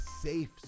safe